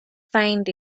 find